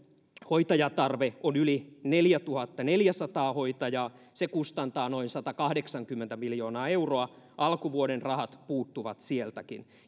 hoitajatarve on yli neljätuhattaneljäsataa hoitajaa se kustantaa noin satakahdeksankymmentä miljoonaa euroa alkuvuoden rahat puuttuvat sieltäkin